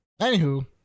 Anywho